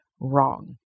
wrong